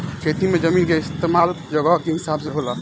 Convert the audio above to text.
खेती मे जमीन के इस्तमाल जगह के हिसाब से होला